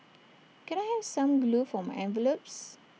can I have some glue for my envelopes